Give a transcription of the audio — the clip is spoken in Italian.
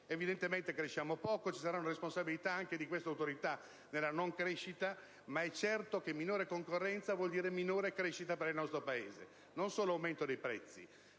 Evidentemente se cresciamo poco ci saranno responsabilità anche di queste Autorità, ma è certo che minore concorrenza vuol dire minore crescita per il nostro Paese, non solo aumento dei prezzi.